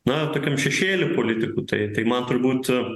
na tokiam šešėly politikų tai tai man turbūt